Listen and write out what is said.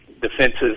defenses